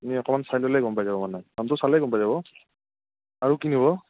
তুমি অকণমান চাই ল'লে গম পাই যাব মানে দামটো চালে গম পাই যাব আৰু কি নিব